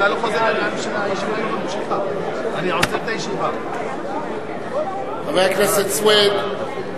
חבר הכנסת סוייד,